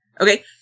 okay